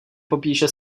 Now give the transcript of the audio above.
popíše